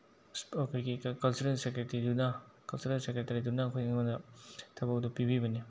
ꯑꯩꯈꯣꯏꯒꯤ ꯀꯜꯆꯔꯦꯜ ꯁꯦꯀ꯭ꯔꯦꯇ꯭ꯔꯤꯗꯨꯅ ꯀꯜꯆꯔꯦꯜ ꯁꯦꯀ꯭ꯔꯦꯇꯔꯤꯗꯨꯅ ꯑꯩꯈꯣꯏ ꯑꯩꯉꯣꯟꯗ ꯊꯕꯛꯇꯣ ꯄꯤꯕꯤꯕꯅꯤ